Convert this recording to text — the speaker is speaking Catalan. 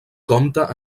compta